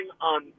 on